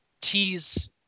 tease